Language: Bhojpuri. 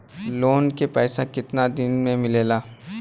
लोन के पैसा कितना दिन मे मिलेला?